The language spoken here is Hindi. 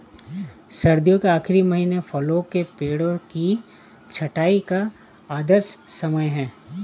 सर्दियों के आखिरी महीने फलों के पेड़ों की छंटाई का आदर्श समय है